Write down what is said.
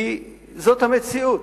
כי זאת המציאות.